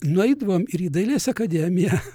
nueidavom ir į dailės akademiją